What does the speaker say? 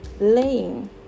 laying